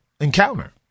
encounter